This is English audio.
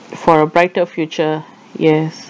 for a brighter future yes